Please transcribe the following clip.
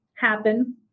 happen